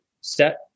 set